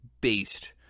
based